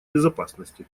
безопасности